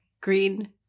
green